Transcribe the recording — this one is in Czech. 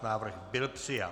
Návrh byl přijat.